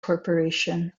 corporation